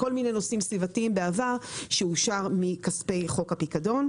בעבר כל מיני נושאים סביבתיים אושרו מכספי חוק הפיקדון.